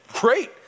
Great